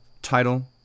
title